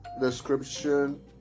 description